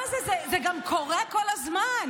מה זה, זה גם קורה כל הזמן.